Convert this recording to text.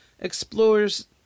explores